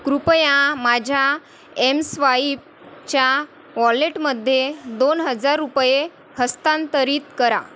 कृपया माझ्या एमस्वाईप च्या वॉलेटमध्ये दोन हजार रुपये हस्तांतरित करा